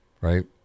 right